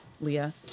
Leah